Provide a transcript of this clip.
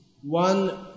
one